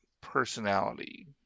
personality